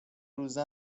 روزه